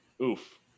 Oof